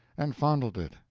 and fondled it,